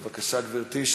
בבקשה, גברתי.